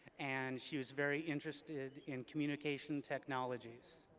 and she was very interested in communication technologies.